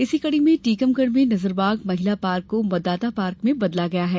इसी कड़ी में टीकमगढ़ में नजरबाग महिला पार्क को मतदाता पार्क में बदला गया है